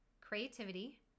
creativity